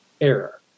error